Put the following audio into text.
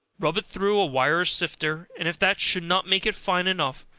rub it through a wire sifter, and if that should not make it fine enough,